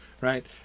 right